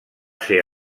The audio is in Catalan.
ser